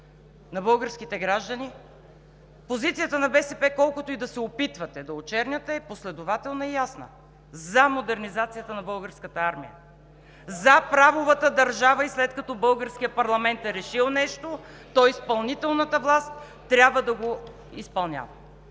на българските граждани. Позицията на БСП, колкото и да се опитвате да я очерняте, е последователна и ясна: за модернизацията на българската армия, за правовата държава – и след като българският парламент е решил нещо, то изпълнителната власт трябва да го изпълнява